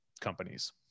companies